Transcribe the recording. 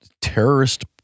terrorist